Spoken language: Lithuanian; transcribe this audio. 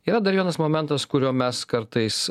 yra dar vienas momentas kurio mes kartais